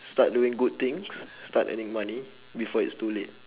start doing good things start earning money before it's too late